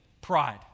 Pride